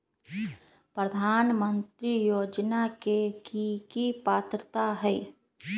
प्रधानमंत्री योजना के की की पात्रता है?